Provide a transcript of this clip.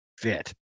fit